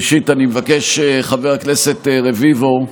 ראשית, חבר הכנסת רביבו,